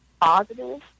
positive